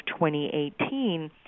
2018